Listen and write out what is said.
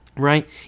right